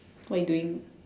what you doing